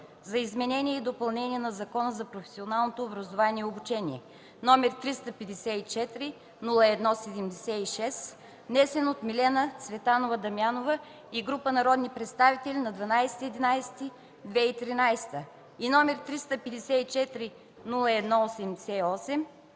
за изменение и допълнение на Закона за професионалното образование и обучение, № 354-01-76, внесен от Милена Цветанова Дамянова и група народни представители на 12 ноември 2013 г., и № 354-01-88,